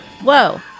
Whoa